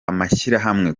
amashyirahamwe